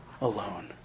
alone